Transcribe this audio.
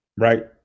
Right